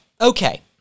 Okay